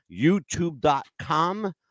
youtube.com